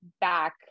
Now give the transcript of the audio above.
back